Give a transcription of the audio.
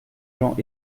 gens